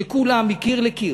וכולם, מקיר לקיר,